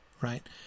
right